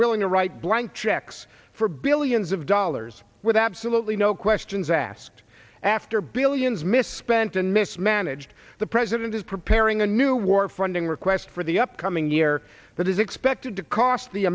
willing to write blank checks for billions of dollars with absolutely no questions asked after billions misspent and mismanaged the president is preparing a new war funding requests for the upcoming year that is expected to cost the